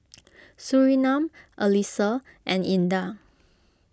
Surinam Alyssa and Indah